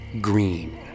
green